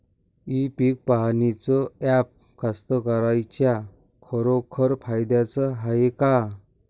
इ पीक पहानीचं ॲप कास्तकाराइच्या खरोखर फायद्याचं हाये का?